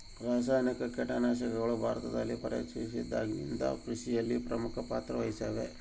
ರಾಸಾಯನಿಕ ಕೇಟನಾಶಕಗಳು ಭಾರತದಲ್ಲಿ ಪರಿಚಯಿಸಿದಾಗಿನಿಂದ ಕೃಷಿಯಲ್ಲಿ ಪ್ರಮುಖ ಪಾತ್ರ ವಹಿಸಿವೆ